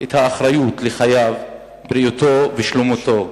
את האחריות לחייו, בריאותו ושלמותו,